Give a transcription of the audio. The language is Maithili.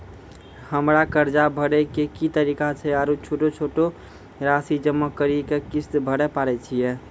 हमरा कर्ज भरे के की तरीका छै आरू छोटो छोटो रासि जमा करि के किस्त भरे पारे छियै?